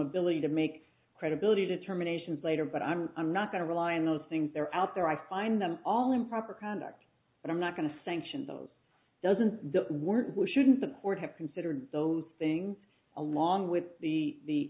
ability to make credibility determinations later but i'm i'm not going to rely on those things they're out there i find them all improper conduct but i'm not going to sanction those doesn't that work we shouldn't support have considered those things along with the othe